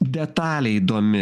detalė įdomi